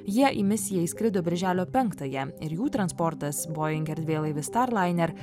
jie į misiją išskrido birželio penktąją ir jų transportas boing erdvėlaivis starlainer